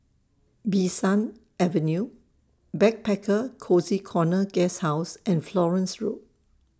Bee San Avenue Backpacker Cozy Corner Guesthouse and Florence Road